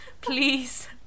please